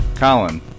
Colin